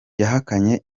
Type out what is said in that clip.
yahakanye